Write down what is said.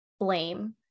blame